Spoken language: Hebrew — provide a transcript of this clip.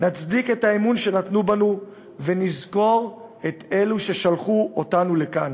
נצדיק את האמון שנתנו בנו ונזכור את אלו ששלחו אותנו לכאן.